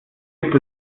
gibt